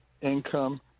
income